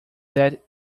that